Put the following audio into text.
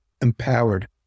empowered